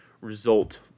result